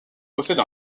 possède